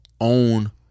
own